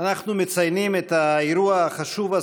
הצעות לסדר-היום מס' 62,